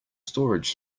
storage